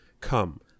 come